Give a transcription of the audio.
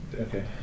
Okay